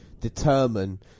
determine